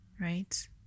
Right